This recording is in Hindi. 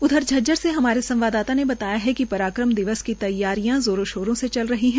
उधर झज्जर से हमारे संवाददाता ने बताया कि पराक्रम दिवस की तैयारियां जोरों शोरों ये चल रही है